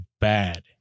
bad